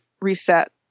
reset